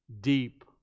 deep